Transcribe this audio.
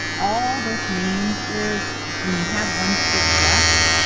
all this means is, when you have one stitch left,